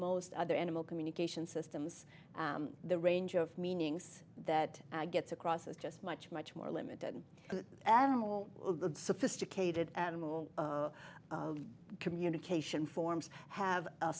most other animal communication systems the range of meanings that gets across is just much much more limited animal sophisticated animal communication forms have